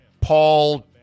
Paul